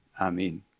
Amen